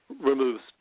removes